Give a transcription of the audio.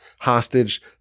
hostage